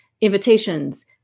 Invitations